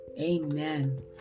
Amen